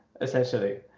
essentially